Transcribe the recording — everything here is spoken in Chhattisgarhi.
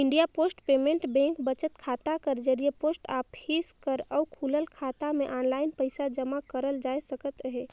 इंडिया पोस्ट पेमेंट बेंक बचत खाता कर जरिए पोस्ट ऑफिस कर अउ खुलल खाता में आनलाईन पइसा जमा करल जाए सकत अहे